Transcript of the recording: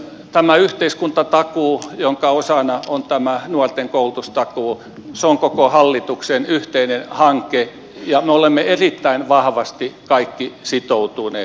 tämä yhteiskuntatakuu jonka osana on nuorten koulutustakuu on koko hallituksen yhteinen hanke ja me olemme erittäin vahvasti kaikki sitoutuneet siihen